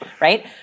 right